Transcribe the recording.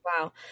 Wow